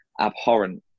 abhorrent